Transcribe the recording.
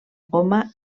goma